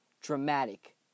Dramatic